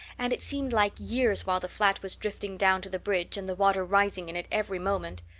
and it seemed like years while the flat was drifting down to the bridge and the water rising in it every moment.